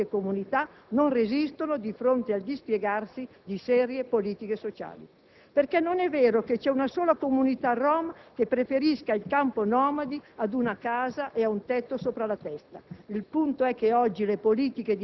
e come gli aspetti deteriori di queste comunità non resistano di fronte al dispiegarsi di serie politiche sociali. Non è vero che c'è una sola comunità rom che preferisca il campo nomadi ad una casa e a un tetto sopra la testa.